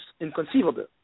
inconceivable